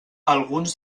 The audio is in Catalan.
alguns